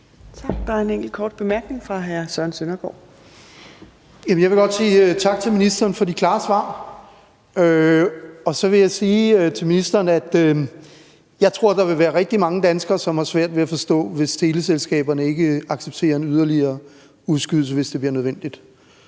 hr. Søren Søndergaard. Kl. 13:08 Søren Søndergaard (EL): Jamen jeg vil godt sige tak til ministeren for de klare svar, og så vil jeg sige til ministeren, at jeg tror, at der vil være rigtig mange danskere, som vil have svært ved at forstå det, hvis teleselskaberne ikke accepterer en yderligere udskydelse, hvis det bliver nødvendigt.